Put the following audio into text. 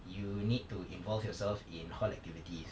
you need to involve yourself in hall activities